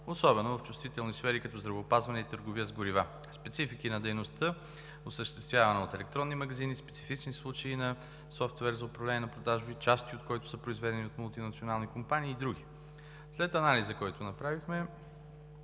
особено в чувствителни сфери, като здравеопазване и търговия с горива, специфики на дейността, осъществявана от електронни магазини, специфични случаи на софтуер за управление на продажби, части от който са произведени от мултинационални компании, и други. След анализа, който направихме,